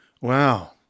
Wow